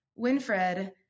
Winfred